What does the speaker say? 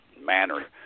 manner